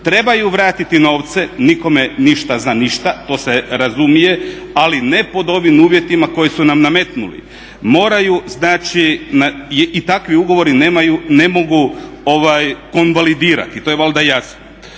Trebaju vratiti novce, nikome ništa za ništa, to se razumije, ali ne pod ovim uvjetima koji su nam nametnuli. Moraju znači i takvi ugovori ne mogu konvalidirati, to je valjda jasno